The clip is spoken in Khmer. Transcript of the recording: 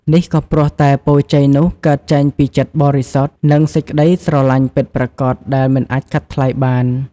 នេះក៏ព្រោះតែពរជ័យនោះកើតចេញពីចិត្តបរិសុទ្ធ និងក្តីស្រឡាញ់ពិតប្រាកដដែលមិនអាចកាត់ថ្លៃបាន។